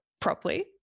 properly